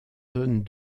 donne